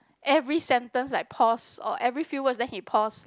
every sentence like pause or every few words then he pause like